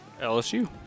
LSU